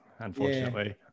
unfortunately